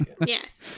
Yes